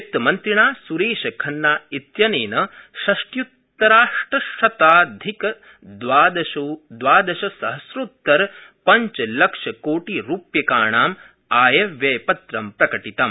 वित्तमन्त्रिणा सुरेश सखन्ना इत्यनेन षष्ट्युत्तराष्ट्रशताधिकद्वादशसहस्रोत्तरपञ्चलक्षकोटिरूप्याकाणां आयव्ययपत्रं प्रकटितम्